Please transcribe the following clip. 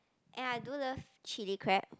and I do love chili crab